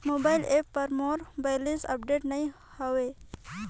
mobile app पर मोर balance update नई हवे